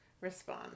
respond